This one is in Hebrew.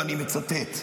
ואני מצטט: